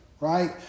right